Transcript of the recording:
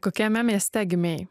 kokiame mieste gimei